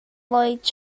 lloyd